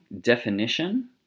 definition